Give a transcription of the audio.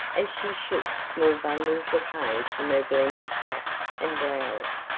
as she shook small bundles of hay from her glenwood cap and blouse.